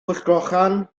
pwllcrochan